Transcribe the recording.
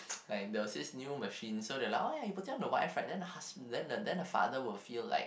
like there was this new machine so they like oh ya you put it on the wife right then the hus~ then the then the father will feel like